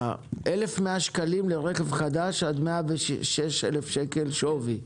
1,100 שקלים לרכב חדש עד שווי 106,000 שקל.